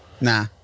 Nah